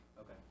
Okay